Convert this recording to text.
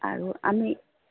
আৰু আমি